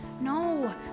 no